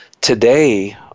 today